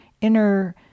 inner